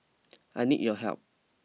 I need your help